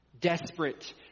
Desperate